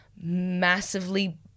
massively